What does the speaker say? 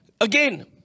Again